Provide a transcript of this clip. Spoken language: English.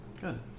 Good